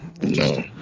No